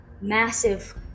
massive